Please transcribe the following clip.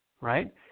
right